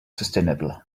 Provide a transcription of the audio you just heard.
sustainable